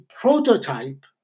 prototype